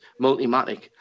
Multimatic